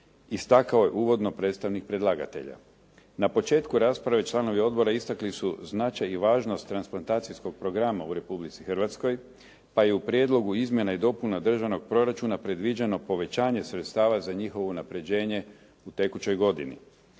istakao je uvodno predstavnik predlagatelja. Na početku rasprave članovi odbora istakli su značaj i važnost transplantacijskog programa u Republici Hrvatskoj pa i u Prijedlogu izmjena i dopuna Državnog proračuna predviđeno povećanje sredstava za njihovo unapređenje u tekućoj godini.